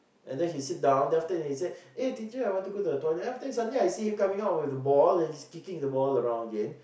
and then he sit down then after that he say eh teacher I want to go to the toilet and then after that I suddenly see him coming out with a ball and he's kicking the ball around again